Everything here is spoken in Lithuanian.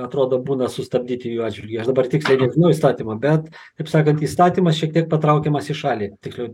atrodo būna sustabdyti jų atžvilgiu aš dabar tiksliai nežinau įstatymo bet taip sakant įstatymas šiek tiek patraukiamas į šalį tiksliau